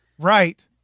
Right